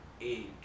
age